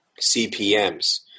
CPMs